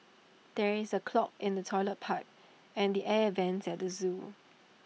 there is A clog in the Toilet Pipe and the air Vents at the Zoo